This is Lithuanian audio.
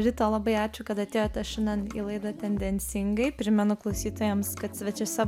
rita labai ačiū kad atėjote šiandien į laidą tendencingai primenu klausytojams kad svečiuose